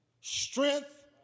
strength